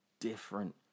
different